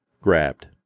grabbed